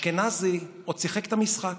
אשכנזי עוד שיחק את המשחק: